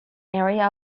area